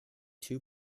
two